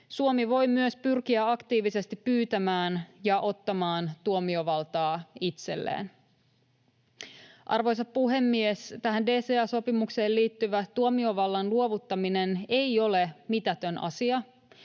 Suomi voi myös pyrkiä aktiivisesti pyytämään ja ottamaan tuomiovaltaa itselleen. Arvoisa puhemies! Tähän DCA-sopimukseen liittyvä tuomiovallan luovuttaminen ei ole mitätön asia,